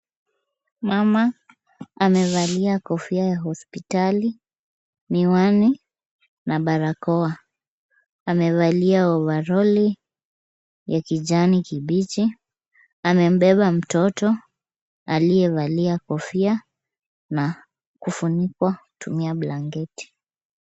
Mama amevalia kofia ya hospitali, miwani na barakoa. Amevalia ovaroli ya kijani kibichi. Amembeba mtoto aliyevalia kofia na kufunikwa kutumia blanketi.